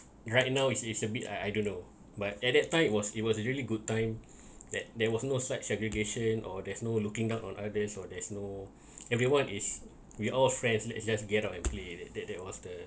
right now is is a bit I I don't know but at that time it was it was really good time that there was no such segregation or there's no looking down on others or there's no everyone is we all friends let's just get up and play that that that was the